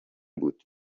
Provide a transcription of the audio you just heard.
بود